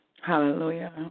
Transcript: Hallelujah